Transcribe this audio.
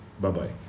Bye-bye